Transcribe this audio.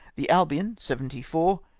the albion, seventy four,